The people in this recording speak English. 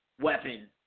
weapon